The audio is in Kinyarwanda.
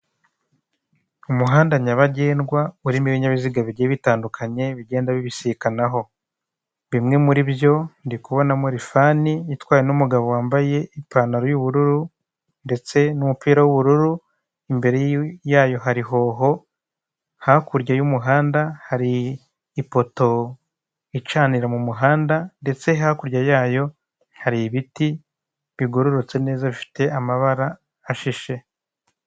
Umuhanda nyabagendwa urimo ibinyabiziga bigiye bitandukanye bigenda bibisikanaho bimwe muri byo ndikubona mo rifani itwawe n'umugabo wambaye ipantaro y'ubururu ndetse n'umupira w'ubururu imbere yayo harihoho hakurya y'umuhanda hari ipoto icanira mu muhanda ndetse hakurya yayo hari ibiti bigororotse neza bifite amabara ashishe.